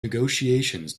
negotiations